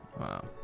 Wow